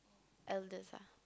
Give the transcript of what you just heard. elders ah